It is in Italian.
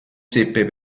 seppe